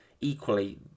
Equally